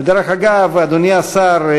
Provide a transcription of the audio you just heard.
ודרך אגב, אדוני השר,